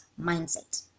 mindset